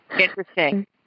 Interesting